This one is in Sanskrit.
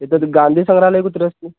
एतद् गान्धीसङ्ग्रहालयः कुत्र अस्ति